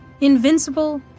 invincible